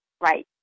Right